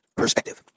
perspective